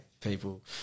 people